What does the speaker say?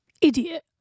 Idiot